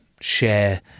share